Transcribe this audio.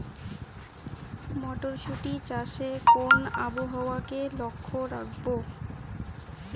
মটরশুটি চাষে কোন আবহাওয়াকে লক্ষ্য রাখবো?